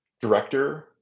Director